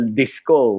disco